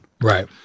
right